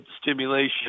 stimulation